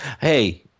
Hey